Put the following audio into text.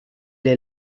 est